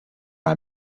are